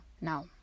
now